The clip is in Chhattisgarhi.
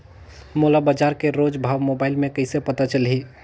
मोला बजार के रोज भाव मोबाइल मे कइसे पता चलही?